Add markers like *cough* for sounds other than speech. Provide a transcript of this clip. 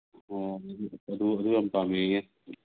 ꯑꯣ *unintelligible* ꯑꯗꯨ ꯌꯥꯝ ꯄꯥꯝꯝꯦꯌꯦ